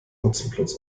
hotzenplotz